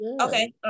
Okay